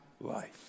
life